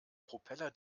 propeller